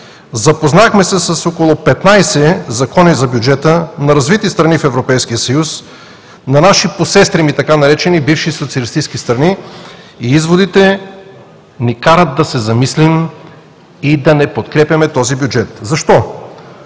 Запознахме се с около 15 закона за бюджета на развити страни в Европейския съюз, на наши посестрими – така наречени бивши социалистически страни, и изводите ни карат да се замислим и да не подкрепяме този бюджет. Защо?